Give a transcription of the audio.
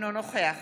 אינו נוכח